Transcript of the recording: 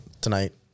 Tonight